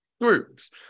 groups